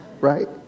Right